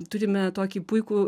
turime tokį puikų